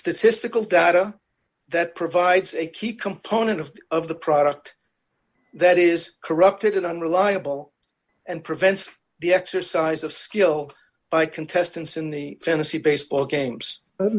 statistical data that provides a key component of of the product that is corrupted unreliable and prevents the exercise of skill by contestants in the fantasy baseball games